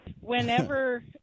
whenever